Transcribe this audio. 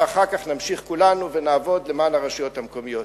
ואחר כך נמשיך כולנו ונעבוד למען הרשויות המקומיות.